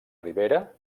ribera